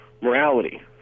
morality